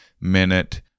minute